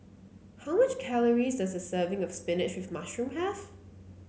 how many calories does a serving of spinach with mushroom have